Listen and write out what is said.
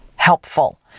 helpful